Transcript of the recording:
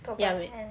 ya wait